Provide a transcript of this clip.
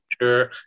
sure